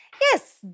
Yes